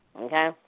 Okay